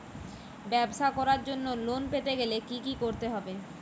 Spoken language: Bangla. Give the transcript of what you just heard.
ব্যবসা করার জন্য লোন পেতে গেলে কি কি করতে হবে?